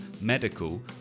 medical